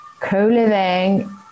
Co-living